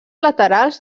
laterals